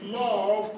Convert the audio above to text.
love